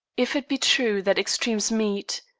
if it be true that extremes meet,